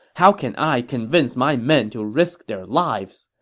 how can i convince my men to risk their lives?